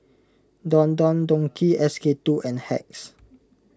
Don Don Donki S K two and Hacks